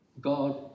God